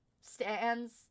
stands